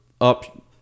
up